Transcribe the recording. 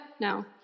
No